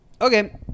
Okay